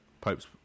Pope's